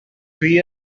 dwi